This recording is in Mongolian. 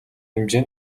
хэмжээ